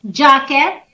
jacket